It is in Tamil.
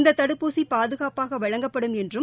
இந்த தடுப்பூசி பாதுகாப்பாக வழங்கப்படும் என்றும்